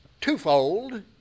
twofold